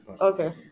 Okay